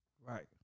Right